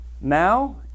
Now